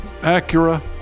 Acura